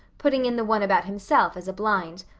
putting in the one about himself as a blind.